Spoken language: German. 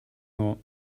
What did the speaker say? nur